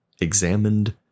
examined